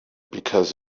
because